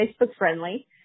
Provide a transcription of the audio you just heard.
Facebook-friendly